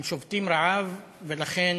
הם שובתים רעב, ולכן